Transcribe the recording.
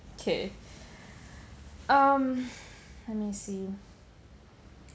okay um let me see